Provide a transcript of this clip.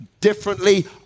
differently